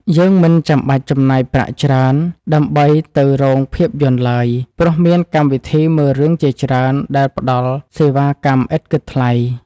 យើងមិនចាំបាច់ចំណាយប្រាក់ច្រើនដើម្បីទៅរោងភាពយន្តឡើយព្រោះមានកម្មវិធីមើលរឿងជាច្រើនដែលផ្ដល់សេវាកម្មឥតគិតថ្លៃ។